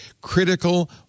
critical